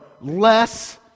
less